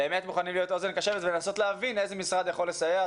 באמת מוכנים להיות אוזן קשבת ולנסות להבין איזה משרד יכול לסייע.